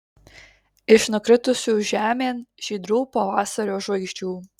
iš nukritusių žemėn žydrų pavasario žvaigždžių